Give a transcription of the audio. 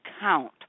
count